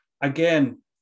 again